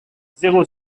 zéro